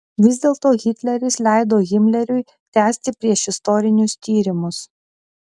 vis dėlto hitleris leido himleriui tęsti priešistorinius tyrimus